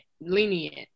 lenient